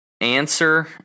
Answer